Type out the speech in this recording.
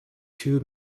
two